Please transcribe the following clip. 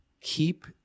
keep